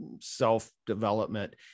self-development